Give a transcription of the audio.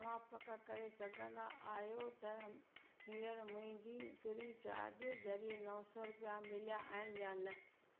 छा तव्हां पक करे सघंदा आहियो त हीअंर मुंहिंजी फ़्री चार्ज ज़रिए नव सौ रुपिया मिलिया आहिन या न